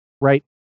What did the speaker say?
right